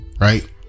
right